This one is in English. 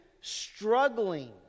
struggling